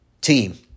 team